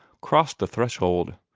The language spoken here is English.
crossed the threshold.